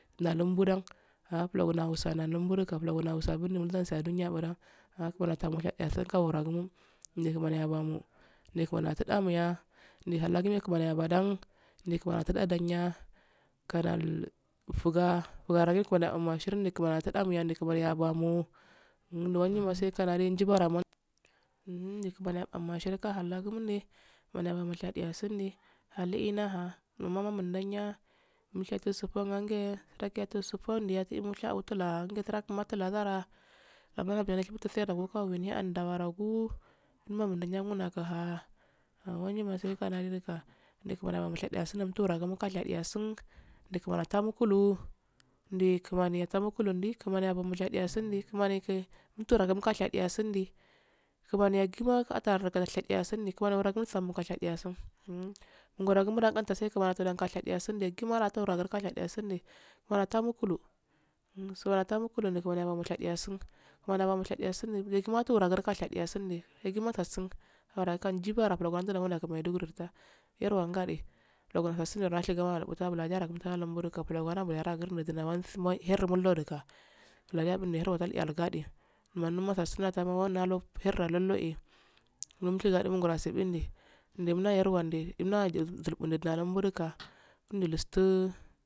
Na lumbudan haa fulugo na husana lambu ka du do nalumbu kano bulan na hasa nanbu do yiro mulkessi mo shadiyasun kawaragumu nye kumeni yabamu ye yatu damo ya meihakgugo ya kumani yabadan lil kumani yati dadonya garar fugga garasi kumani yadomo ashirinyi kumani yatadan yi kumani yabamo nga wanya ma sai kanadi ninaran uhandi kumani yabomo ashiri ka hallagui mundi kumani yabamo shadiyasun di halichi naha nama mandaya mushutu sufunse suragi yafu sutuwardi yatil mushawo wutulan gi yafulan gi yafulan mafu azara abala mafusheku huniyan'o dabarangu man humiyan nda ga hea anwenyyi ma sai kanadi dukka ndi kumani yabami shadiya sun nomufubugi mulka shadiya sum nomufuburugi muka shadiya sun nchi kumani yattamukulu ndi kumanyi yattamukulundi kumani yaba mu shadiya sun ndi kumani kemutulagi mukashadiyasun di kuma ai yassima ate kak shadiya su ngoro gi muillaqanfa sci kumani atadan shadiyan sundi kurmani yata mukulu kumani yata mukulu di kumani yabamo shidayan sun kurmani yabamo shadiyensu di yasgima tora si ga shadiyan sun di yassina tatsun nara kajibaram prograndedo yasu mai du gurita yerwah ngadi inguyosattude rasho igana wuta bulandeyaragu mutada inabu gadde liron asenbendi ndi mulal yenwa wandi munal zulbundi nade mudu ka nulusti.